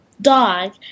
dog